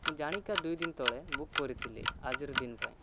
ମୁଁ ଜାଣିକା ଦୁଇଦିନ ତଳେ ବୁକ୍ କରିଥିଲି ଆଜିର ଦିନପାଇଁ